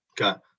Okay